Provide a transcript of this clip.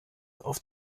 auf